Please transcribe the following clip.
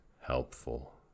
helpful